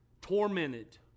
tormented